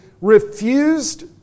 Refused